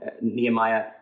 Nehemiah